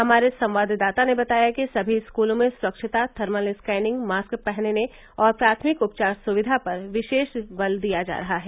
हमारे संवाददाता ने बताया कि समी स्कूलों में स्वच्छता थर्मल स्कैनिंग मॉस्क पहनने और प्राथमिक उपचार सुविधा पर विशेष बल दिया जा रहा है